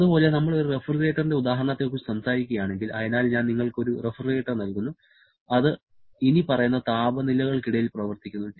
അതുപോലെ നമ്മൾ ഒരു റഫ്രിജറേറ്ററിന്റെ ഉദാഹരണത്തെക്കുറിച്ച് സംസാരിക്കുകയാണെങ്കിൽ അതിനാൽ ഞാൻ നിങ്ങൾക്ക് ഒരു റഫ്രിജറേറ്റർ നൽകുന്നു അത് ഇനി പറയുന്ന താപനിലകൾക്കിടയിൽ പ്രവർത്തിക്കുന്നു